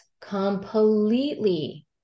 completely